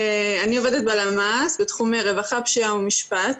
אני עובדת בלמ"ס בתחום רווחה, פשיעה ומשפט,